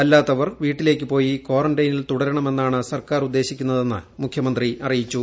അല്ലാത്തവർ വീട്ടിലേയ്ക്ക് പോയി ക്വാറന്റയിനിൽ തുടരണം എന്നാണ് സർക്കാർ ഉദ്ദേശിക്കുന്നതെന്ന് മുഖ്യമന്ത്രി അറിയിച്ചു